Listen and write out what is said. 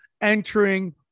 entering